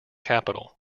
capital